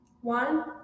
One